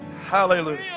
Hallelujah